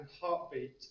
heartbeat